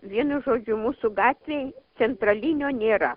vienu žodžiu mūsų gatvėj centralinio nėra